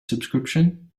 subscription